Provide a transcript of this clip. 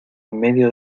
medio